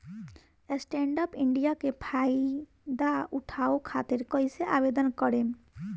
Stand up India के फाइदा उठाओ खातिर कईसे आवेदन करेम?